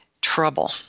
trouble